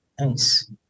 Nice